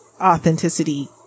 authenticity